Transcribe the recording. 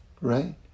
Right